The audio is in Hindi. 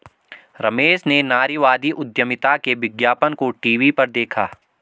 रमेश ने नारीवादी उधमिता के विज्ञापन को टीवी पर देखा